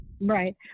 right